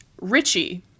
Richie